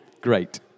Great